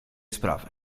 sprawy